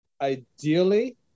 Ideally